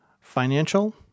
financial